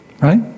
right